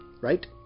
right